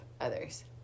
others